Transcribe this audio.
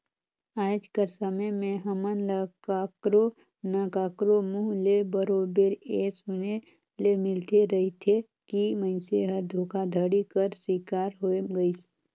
आएज कर समे में हमन ल काकरो ना काकरो मुंह ले बरोबेर ए सुने ले मिलते रहथे कि मइनसे हर धोखाघड़ी कर सिकार होए गइस